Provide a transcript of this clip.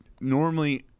normally